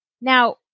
Now